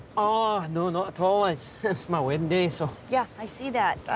ah no not at all, it's it's my wedding day, so. yeah i see that,